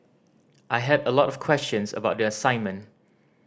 I had a lot of questions about the assignment